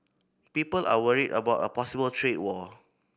people are worried about a possible trade war